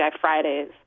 Fridays